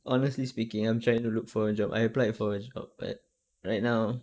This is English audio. honestly speaking I'm trying to look for a job I applied for a job but right now